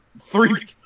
three